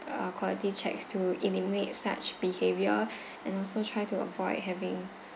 uh quality checks to eliminate such behaviour and also try to avoid having